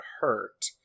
hurt